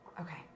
Okay